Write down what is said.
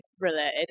related